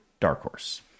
darkhorse